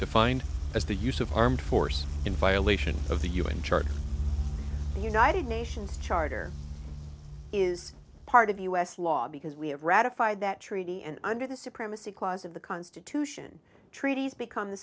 defined as the use of armed force in violation of the un charter united nations charter is part of the u s law because we have ratified that treaty and under the supremacy clause of the constitution treaties become the